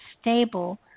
stable